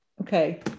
okay